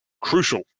crucial